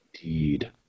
Indeed